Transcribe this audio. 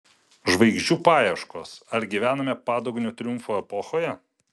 žvaigždžių paieškos ar gyvename padugnių triumfo epochoje